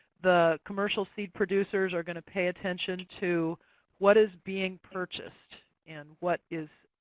the commercial seed producers are going to pay attention to what is being purchased and what is